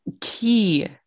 key